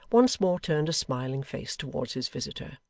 once more turned a smiling face towards his visitor.